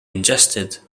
ingested